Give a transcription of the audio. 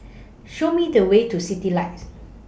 Show Me The Way to Citylights